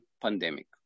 pandemic